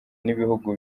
n’ibihugu